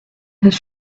his